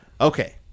okay